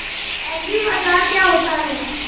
एग्रीबाजार क्या होता है?